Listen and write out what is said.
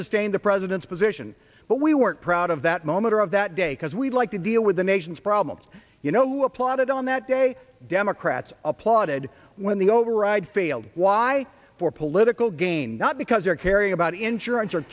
sustained the president's position but we weren't proud of that moment of that day because we like to deal with the nation's problems you know applauded on that day democrats applauded when the override failed why for political gain not because they're caring about insurance o